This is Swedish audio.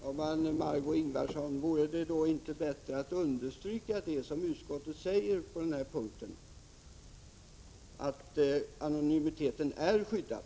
Fru talman! Margö Ingvardsson, vore det då inte bättre att understryka vad utskottet säger på denna punkt, nämligen att anonymiteten är skyddad?